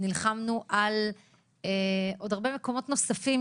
נלחמנו על עוד הרבה מקומות נוספים,